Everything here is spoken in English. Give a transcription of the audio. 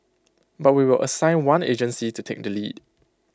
but we will assign one agency to take the lead